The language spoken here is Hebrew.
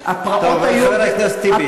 חבר הכנסת טיבי,